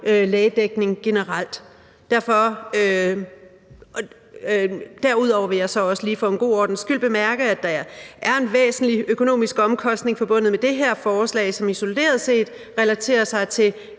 lægedækningen generelt. Derudover vil jeg så også lige for en god ordens skyld bemærke, at der er en væsentlig økonomisk omkostning forbundet med det her forslag, som isoleret set relaterer sig til